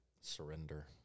Surrender